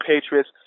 Patriots